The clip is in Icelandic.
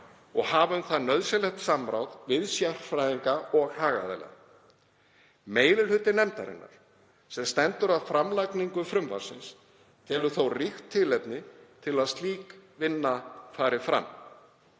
og hafa um þær nauðsynlegt samráð við sérfræðinga og hagaðila. Meiri hluti nefndarinnar, sem stendur að framlagningu frumvarpsins, telur þó ríkt tilefni til að slík vinna fari fram.